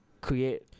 create